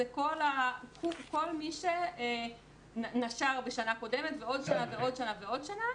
זה כל מי שנשר בשנה קודמת ועוד שנה ועוד שנה ועוד שנה,